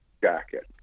jacket